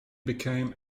became